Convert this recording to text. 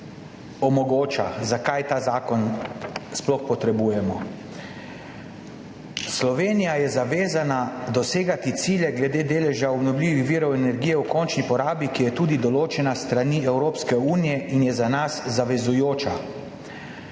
omogoča, zakaj ta zakon sploh potrebujemo. Slovenija je zavezana dosegati cilje glede deleža obnovljivih virov energije v končni porabi, ki je določena tudi s strani Evropske unije in je za nas zavezujoča.